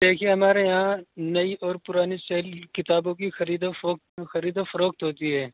دیکھیے ہمارے یہاں نئی اور پرانی سیل کتابوں کی خرید و خرید و فروخت ہوتی ہے